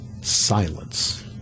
silence